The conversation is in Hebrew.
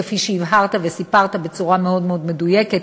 כפי שהבהרת וסיפרת בצורה מאוד מדויקת.